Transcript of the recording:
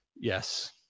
Yes